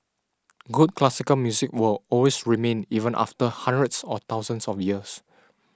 good classical music will always remain even after hundreds or thousands of years